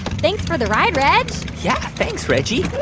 thanks for the ride, reg yeah. thanks, reggie